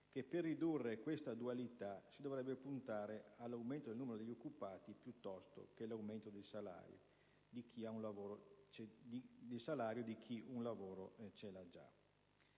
che per ridurre questa dualità si dovrebbe puntare all'aumento del numero di occupati piuttosto che all'aumento del salario di chi un lavoro già ce l'ha.